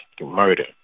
Murder